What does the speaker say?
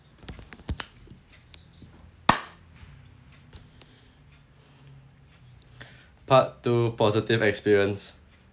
part two positive experience